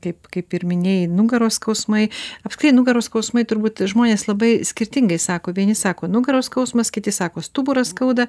kaip kaip ir minėjai nugaros skausmai apskritai nugaros skausmai turbūt žmonės labai skirtingai sako vieni sako nugaros skausmas kiti sako stuburą skauda